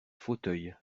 fauteuils